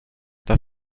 das